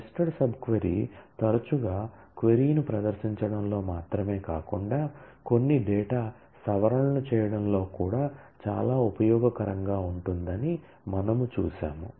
nested subquery తరచుగా query ను ప్రదర్శించడంలో మాత్రమే కాకుండా కొన్ని డేటా సవరణలను చేయడంలో కూడా చాలా ఉపయోగకరంగా ఉంటుందని మనము చూశాము